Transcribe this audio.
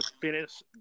finish